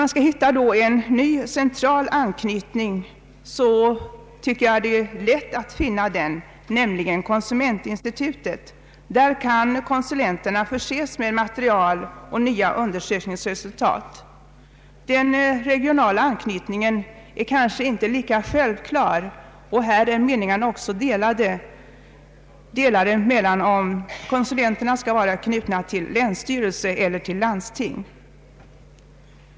När det gäller att hitta en ny central anknytning för hemkonsulenterna tycker jag att det är lätt att finna en sådan, nämligen konsumentinstitutet. Vid institutet kan konsulenterna förses med material och nya undersökningsresultat. Den regionala anknytningen är kanske inte lika självklar. Delade meningar råder om huruvida konsulenter na skall vara knutna till länsstyrelse eller till landsting.